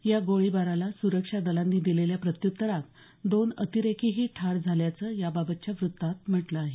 या गोळीबाराला सुरक्षा दलांनी दिलेल्या प्रत्युत्तरात दोन अतिरेकीही ठार झाल्याचं याबाबतच्या वृत्तात म्हटलं आहे